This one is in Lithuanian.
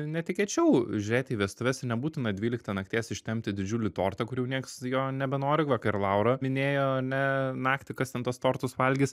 netikėčiau žiūrėti į vestuves ir nebūtina dvyliktą nakties ištempti didžiulį tortą kur jau nieks jo nebenori vakar laura minėjo ane naktį kas ten tuos tortus valgys